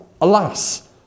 alas